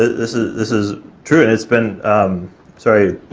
this is, this is true, and it's been sorry,